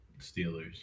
Steelers